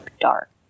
dark